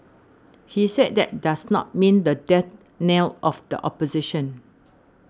he said that does not mean the death knell of the opposition